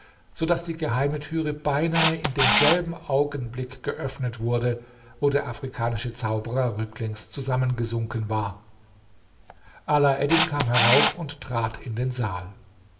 daß die geheime türe beinahe in demselben augenblick geöffnet wurde wo der afrikanische zauberer rücklings zusammengesunken war alaeddin kam herauf und trat in den saal